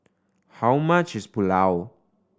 how much is Pulao